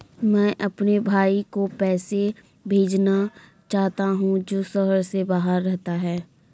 मैं अपने भाई को पैसे भेजना चाहता हूँ जो शहर से बाहर रहता है